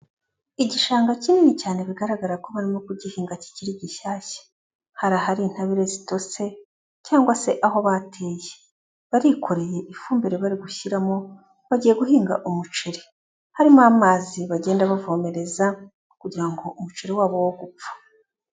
Igishanga kinini cyane bigaragara ko barimo kugihinga kikiri gishyashya, hari ahari intabire zitose cyangwa se aho bateye, barikoreye ifumbire bari gushyiramo bagiye guhinga umuceri, harimo amazi bagenda bavomerereza kugira ngo umuceri wabo wo gupfa.